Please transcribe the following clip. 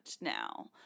now